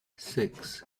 six